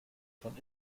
schon